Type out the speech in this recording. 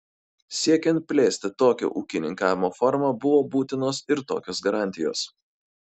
siekiant plėsti tokią ūkininkavimo formą buvo būtinos ir tokios garantijos